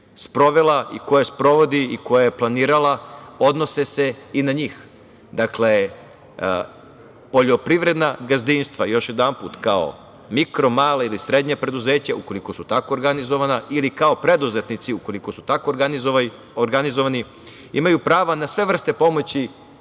sprovela, koje sprovodi i koje je planirala odnose se i na njih. Dakle, poljoprivredna gazdinstva, još jedanput, kao mikro, mala ili srednja preduzeća, ukoliko su tako organizovana, ili kao preduzetnici, ukoliko su tako organizovani, imaju prava na sve vrste pomoći